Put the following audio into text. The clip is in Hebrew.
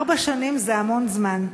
ארבע שנים זה המון זמן,